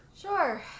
Sure